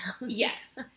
Yes